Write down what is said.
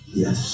yes